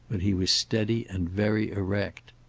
but he was steady and very erect.